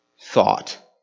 thought